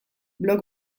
blog